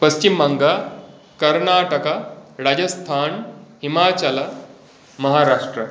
पश्चिमबङ्गः कर्णाटकः राजस्थान् हिमाचलः महाराष्ट्रः